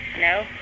No